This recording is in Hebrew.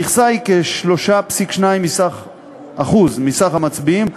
המכסה היא כ-3.2% מסך המצביעים,